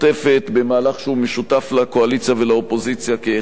במהלך שהוא משותף לקואליציה ולאופוזיציה כאחד,